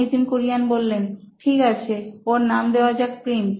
নিতিন কুরিয়ান ঠিক আছে ওর নাম দেওয়া যাক প্রিন্স